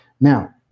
Now